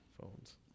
Phones